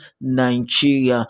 Nigeria